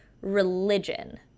religion